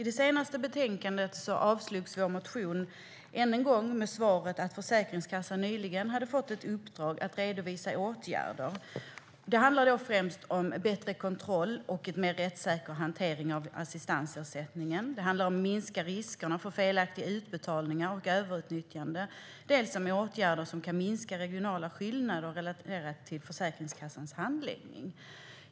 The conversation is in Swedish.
I det senaste betänkandet avstyrktes vår motion än en gång, med svaret att Försäkringskassan nyligen hade fått ett uppdrag att redovisa åtgärder. Det handlar då främst om bättre kontroll och om en mer rättssäker hantering av assistansersättningen. Det handlar om att minska riskerna för felaktiga utbetalningar och överutnyttjande och om åtgärder som kan minska regionala skillnader relaterat till Försäkringskassans handläggning.